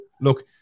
look